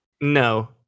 No